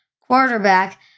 quarterback